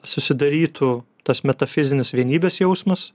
susidarytų tas metafizinis vienybės jausmas